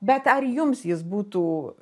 bet ar jums jis būtų